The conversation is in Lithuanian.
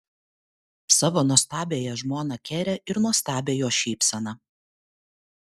savo nuostabiąją žmoną kerę ir nuostabią jos šypseną